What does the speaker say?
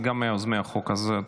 את גם מיוזמי החוק הזה.